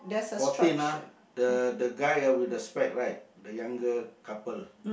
fourteen ah the the guy ah with the spec right the younger couple